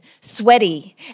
sweaty